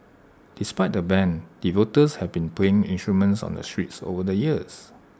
despite the ban devotees have been playing instruments on the streets over the years